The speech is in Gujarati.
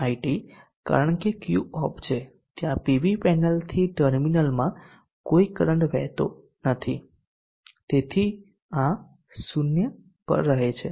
IT કારણ કે Q ઓફ છે ત્યાં પીવી પેનલથી ટર્મિનલમાં કોઈ કરંટ વહેતો નથી તેથી આ 0 પર રહે છે